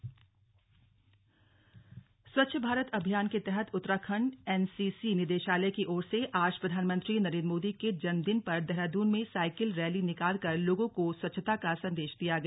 slug स्वच्छता cycle rally Swachh Bharat Abhiyan के तहत उत्तराखंड एनसीसी निदेशालय की ओर से आज प्रधानमंत्री नरेंद्र मोदी के जन्मदिन पर देहरादून में साइकिल रैली निकालकर लोगों को स्वच्छता का संदेश दिया गया